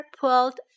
pulled